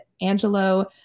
Angelo